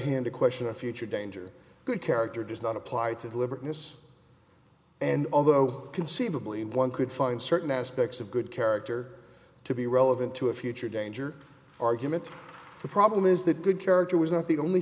hand a question a future danger good character does not apply to deliberate mis and although conceivably one could find certain aspects of good character to be relevant to a future danger argument the problem is that good character was not the only